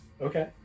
Okay